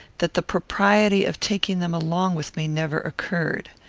that the propriety of taking them along with me never occurred.